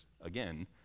again